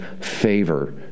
favor